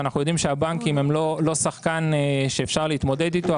ואנחנו יודעים שהבנקים הם לא שחקן שאפשר להתמודד איתו.